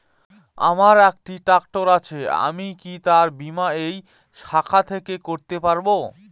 আমার একটি ট্র্যাক্টর আছে আমি কি তার বীমা এই শাখা থেকে করতে পারব?